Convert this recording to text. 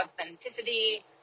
authenticity